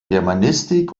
germanistik